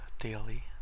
Daily